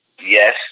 Yes